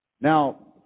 Now